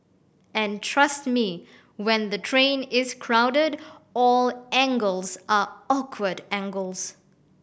and trust me when the train is crowded all angles are awkward angles